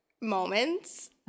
moments